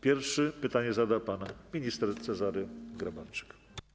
Pierwszy pytanie zada pan minister Cezary Grabarczyk.